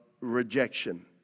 rejection